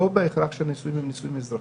זה לא בהכרח אומר שהנישואים הם נישואים אזרחיים.